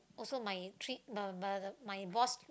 also my treat the the the my boss